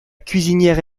cuisinière